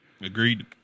Agreed